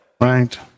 Right